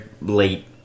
late